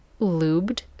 lubed